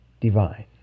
divine